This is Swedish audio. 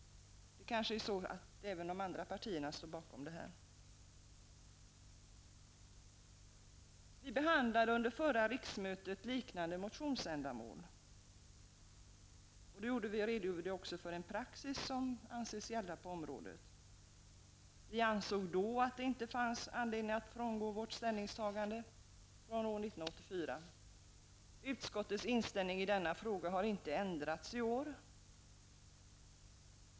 Kanske även de andra partierna står bakom detta. Under förra riksmötet behandlade vi liknande motioner. Vi redogjorde då för den praxis som anses gälla på området. Vi ansåg då att det inte fanns anledning att frångå vårt ställningstagande från år 1984. Utskottets inställning i denna fråga har inte ändrats i år.